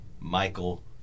Michael